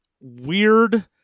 weird